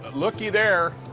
lookee there.